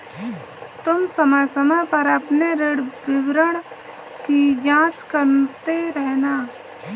तुम समय समय पर अपने ऋण विवरण की जांच करते रहना